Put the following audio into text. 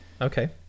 Okay